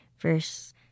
verse